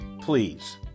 please